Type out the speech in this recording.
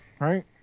right